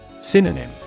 Synonym